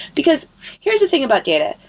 because here's the thing about data,